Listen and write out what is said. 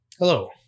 Hello